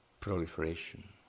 proliferation